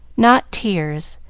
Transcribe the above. not tears,